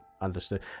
understood